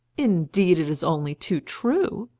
indeed, it is only too true,